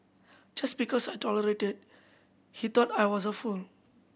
just because I tolerated he thought I was a fool